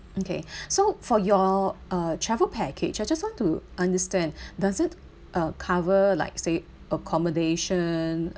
okay so for your uh travel package I just want to understand does it uh cover like say accommodation